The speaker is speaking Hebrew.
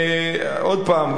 עוד פעם,